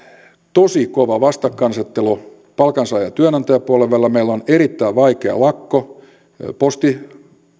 tosi kova vastakkainasettelu palkansaaja ja työnantajapuolen välillä meillä on erittäin vaikea lakko postialalla